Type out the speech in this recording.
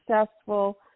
successful